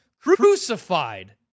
crucified